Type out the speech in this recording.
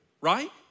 right